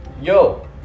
Yo